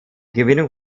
gewinnung